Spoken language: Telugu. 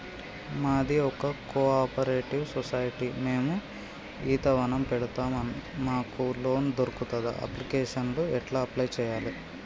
మాది ఒక కోఆపరేటివ్ సొసైటీ మేము ఈత వనం పెడతం మాకు లోన్ దొర్కుతదా? అప్లికేషన్లను ఎట్ల అప్లయ్ చేయాలే?